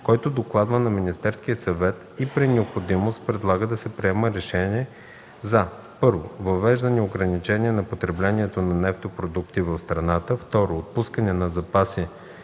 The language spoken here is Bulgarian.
който докладва на Министерския съвет, и при необходимост предлага да се приеме решение за: 1. въвеждане ограничения на потреблението на нефтопродукти в страната; 2. отпускане на запаси